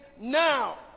now